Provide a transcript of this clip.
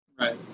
Right